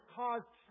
caused